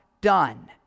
done